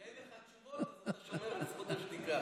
כשאין לך תשובות, אתה שומר על זכות השתיקה.